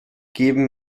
geben